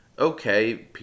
Okay